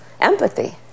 empathy